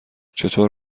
چطور